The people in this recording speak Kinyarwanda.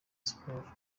sports